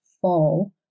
fall